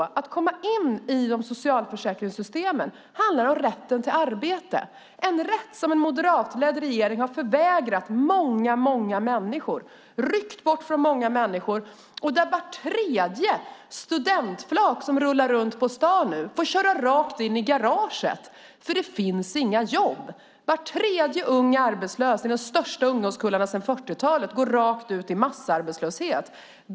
Att komma in i socialförsäkringssystemen handlar om rätten till arbete. Det är en rätt som den moderatledda regeringen har förvägrat och ryckt undan från många människor. Var tredje studentflak som rullar runt på stan får köra rakt in i garaget, för det finns inga jobb. Var tredje ung i de största ungdomskullarna sedan 40-talet går rakt ut i massarbetslöshet.